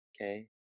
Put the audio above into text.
okay